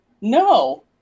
No